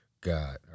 God